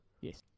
Yes